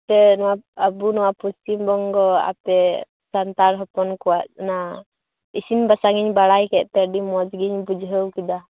ᱟᱯᱮ ᱱᱚᱣᱟ ᱟᱵᱚ ᱱᱚᱣᱟ ᱯᱚᱥᱪᱷᱤᱢᱵᱚᱝᱜᱚ ᱟᱯᱮ ᱥᱟᱱᱛᱟᱲ ᱦᱚᱯᱚᱱ ᱠᱚᱣᱟᱜ ᱚᱱᱟ ᱤᱥᱤᱱ ᱵᱟᱥᱟᱝ ᱤᱧ ᱵᱟᱲᱟᱭ ᱠᱮᱫᱛᱮ ᱟ ᱰᱤ ᱢᱚᱡᱽ ᱜᱤᱧ ᱵᱩᱡᱷᱟ ᱣ ᱠᱮᱫᱟ